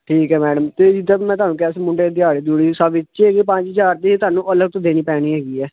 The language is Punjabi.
ਠੀਕ ਹੈ ਮੈਡਮ ਅਤੇ ਜਿੱਦਾਂ ਕਿ ਮੈਂ ਤੁਹਾਨੂੰ ਕਿਹਾ ਸੀ ਮੁੰਡੇ ਦਿਹਾੜੀ ਦਿਹੁੜੀ ਸਭ ਵਿੱਚੇ ਪੰਜ ਹਜ਼ਾਰ ਦੇ ਤੁਹਾਨੂੰ ਅਲੱਗ ਤੋਂ ਦੇਣੀ ਪੈਣੀ ਹੈਗੀ ਹੈ